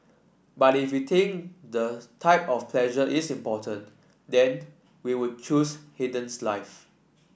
but if we think the type of pleasure is important then we would choose Haydn's life